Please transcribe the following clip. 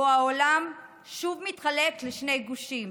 שבו העולם שוב מתחלק לשני גושים: